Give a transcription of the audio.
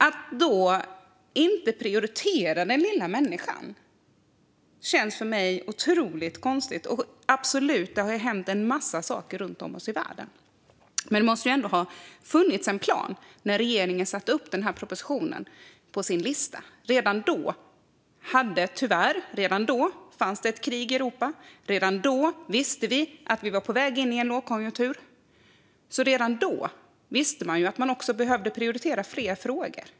Att inte prioritera den lilla människan känns för mig otroligt konstigt. Det har absolut hänt en massa saker i världen runt om oss, men när regeringen satte upp denna proposition måste det ändå ha funnits en plan. Redan då pågick det tyvärr ett krig i Europa, och redan då visste vi att vi var på väg in i en lågkonjunktur. Redan då visste man alltså att man behövde prioritera fler frågor.